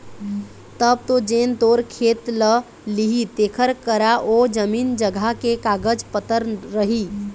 तब तो जेन तोर खेत ल लिही तेखर करा ओ जमीन जघा के कागज पतर रही